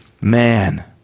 man